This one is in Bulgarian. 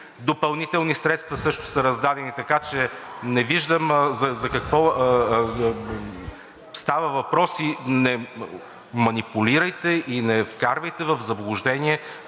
Допълнителни средства също са раздадени. Така че не виждам за какво става въпрос. Не манипулирайте и не вкарвайте в заблуждение